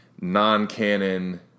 non-canon